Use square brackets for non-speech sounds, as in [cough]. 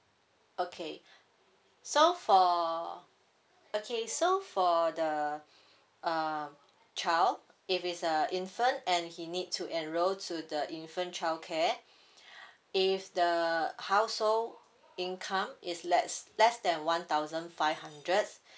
okay so for okay so for the uh child if it's a infant and he need to enroll to the infant childcare [breath] if the household income is less less than one thousand five hundreds